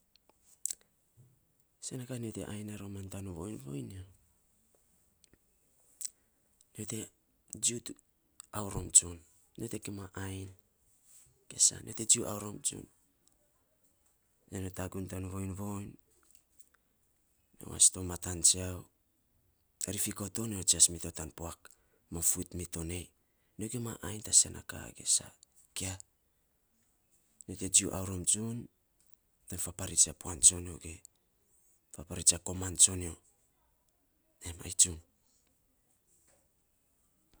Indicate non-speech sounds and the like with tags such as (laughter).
(noise) sen na ka nyo te ainy ya tana voiiny voiny. Nyo te jiu aurom tsun, nyo te kima ainy, ge sa, nyo te jiu, aurom tsun. Nyo te tagun tan voiny voiny, nyo was ton matan tsiau ari fuko to, nyo jias mito tan puak, mam fuit mito nei, nyo gima ai ta sen na ka ge saa. Kia, nyo te jiu aurom tsun, kai fapareit a puan tsonyo ge fapareits a koman tsonyo, em ai tsun.